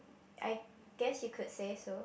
I guess you could say so